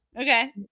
Okay